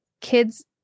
kids